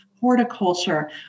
horticulture